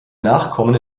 nachkommen